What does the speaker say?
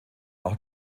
auch